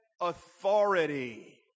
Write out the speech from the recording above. authority